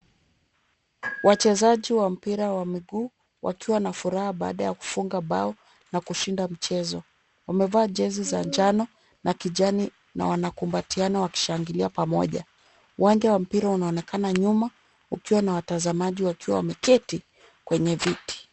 Wachezaji wa mpira wa miguu wakiwa na furaha baada ya kufunga bao na kushinda mchezo. Wamevaa jezi za njano na kijani, na wanakumbatiana wakishangilia pamoja. Uwanja wa mpira unaonekana nyuma ukiwa na watazamaji wakiwa wameketi kwenye viti.